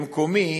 ממקומי,